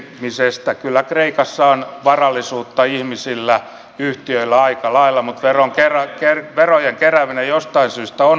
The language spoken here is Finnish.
kyllä kreikassa on varallisuutta ihmisillä ja yhtiöillä aika lailla mutta verojen kerääminen ei jostain syystä onnistu